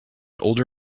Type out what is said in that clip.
older